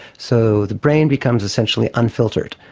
so the brain becomes essentially unfiltered,